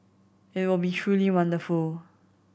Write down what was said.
it will be truly wonderful